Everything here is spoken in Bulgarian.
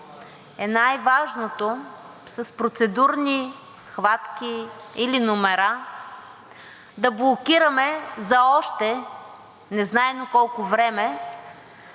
е най-важното с процедурни хватки или номера да блокираме за още незнайно колко време